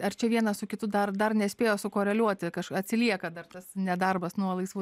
ar čia vienas su kitu dar dar nespėjo sukoreliuoti kaž atsilieka dar tas nedarbas nuo laisvų